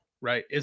right